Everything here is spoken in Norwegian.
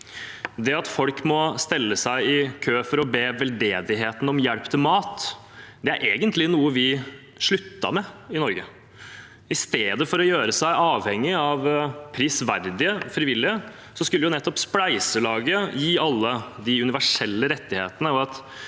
des. – Sakene nr. 14 og 15 1661 å be veldedigheten om hjelp til mat, er egentlig noe vi sluttet med i Norge. I stedet for å gjøre seg avhengig av prisverdige frivillige skulle jo nettopp spleiselaget gi alle de universelle rettighetene